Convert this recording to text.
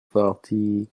forty